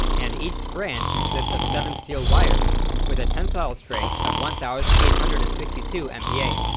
and each strand consists of seven steel wires with a tensile strength of one thousand eight hundred and sixty two mpa.